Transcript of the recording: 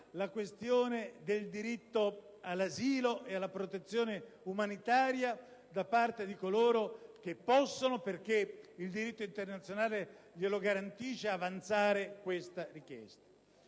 il problema del diritto all'asilo e alla protezione umanitaria di coloro che possono, perché il diritto internazionale glielo garantisce, avanzare tale richiesta.